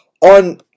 on